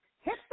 hit